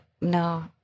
no